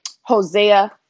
Hosea